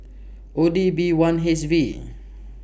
O D B one H V